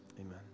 amen